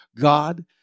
God